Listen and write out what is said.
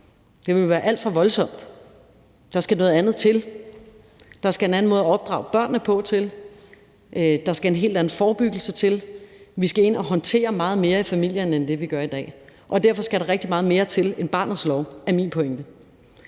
Det ville være alt for voldsomt. Der skal noget andet til. Der skal en anden måde at opdrage børnene på til; der skal en hel anden forebyggelse til; vi skal ind og håndtere meget mere i familierne, end vi gør i dag. Derfor skal der rigtig meget mere til end barnets lov, er min pointe.